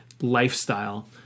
lifestyle